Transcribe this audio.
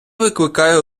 викликає